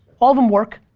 all of them work.